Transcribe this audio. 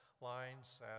lines